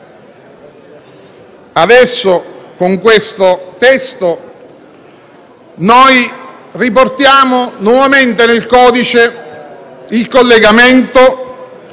Adesso, con questo testo, noi riportiamo nuovamente nel codice il collegamento